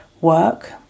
work